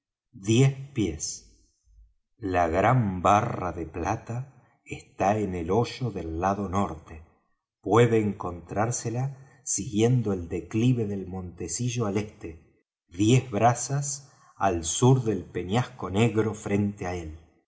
diez pies la gran barra de plata está en el hoyo del lado norte puede encontrársela siguiendo el declive del montecillo al este diez brazas al sur del peñasco negro frente á él